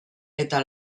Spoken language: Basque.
eta